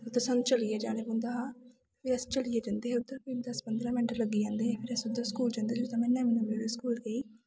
ते सानूं चलियै जाना पौंदा हा फिर अस चलियै जंदे हे उद्धर कोई दस पंदरा मैंट लग्गी जंदे हे फिर अस उद्धर स्कूल जंदे हे फिर में लैमन पब्लिक स्कूल गेई